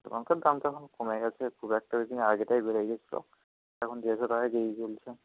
লঙ্কার দাম তো এখন কমে গেছে খুব একটা বেশি না আগেরটায় বেড়ে গিয়েছিল এখন দেড়শো টাকা কেজি চলছে